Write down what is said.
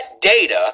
data